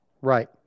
right